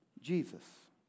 Jesus